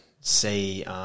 see